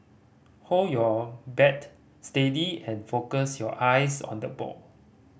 hold your bat steady and focus your eyes on the ball